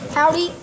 Howdy